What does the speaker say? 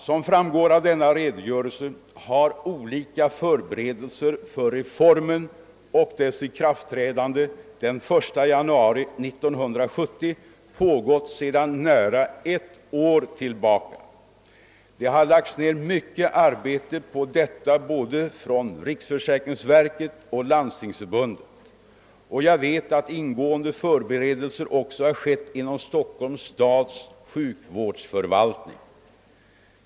Som framgår av denna redogörelse har olika förberedelser för reformen och dess ikraftträdande den 1 januari 1970 pågått sedan nära ett år tillbaka. Det har lagts ner mycket arbete på detta både av riksförsäkringsverket och Landstingsförbundet, och jag vet att ingående förberedelser också har gjorts inom Stockholms stads sjukvårdsförvaltning.